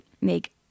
make